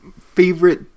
favorite